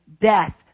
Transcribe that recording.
death